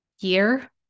year